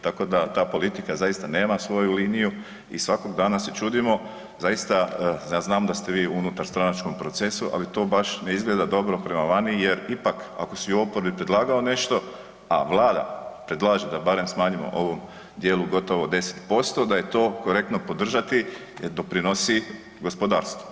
Tako da ta politika zaista nema svoju liniju i svakog dana se čudimo zaista, ja znam da ste vi u unutarstranačkom procesu ali to baš ne izgleda dobro prema vani jer ipak ako si u oporbi predlagao nešto, a Vlada predlaže da barem smanjimo u ovom djelu gotovo 10%, da je to korektno podržati jer doprinosi gospodarstvu.